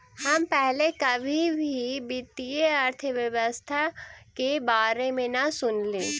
हम पहले कभी भी वित्तीय अर्थशास्त्र के बारे में न सुनली